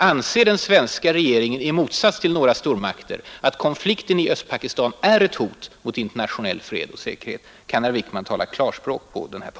Anser den svenska regeringen, i motsats till några stormakter, att konflikten i Östpakistan är ett hot mot internationell fred och säkerhet? Kan herr Wickman tala klarspråk på denna punkt?